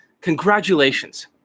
congratulations